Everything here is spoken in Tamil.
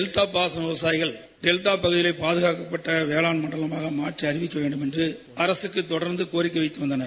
டெல்டா பாசன விவசாயிகள் டெல்டா பகுதியில் பாதுகாக்கப்பட்ட வேளான் மண்டலமாக அறிவிக்கப்பட வேண்டும் என்று அரசுக்கு தொடர்ந்து கோரிக்கை விடுத்து வந்தனர்